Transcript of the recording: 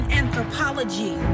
anthropology